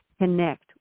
Connect